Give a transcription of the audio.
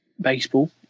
Baseball